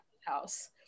house